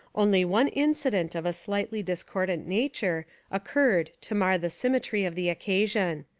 only one incident of a slightly discordant nature occurred to mar the symmetry of the occasion.